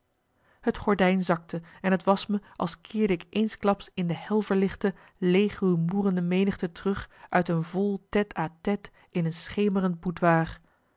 het gordijn zakte en t was me als keerde ik eensklaps in de hel verlichte leeg rumoerende menigte terug uit een vol tête à tête in een schemerend